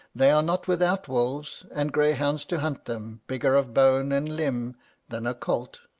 they are not without wolves, and greyhounds to hunt them bigger of bone and limne than a colt.